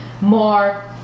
more